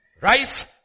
rise